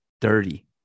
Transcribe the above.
dirty